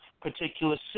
Particular